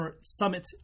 Summit